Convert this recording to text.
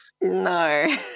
No